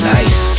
Nice